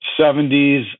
70s